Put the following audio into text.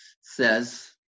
says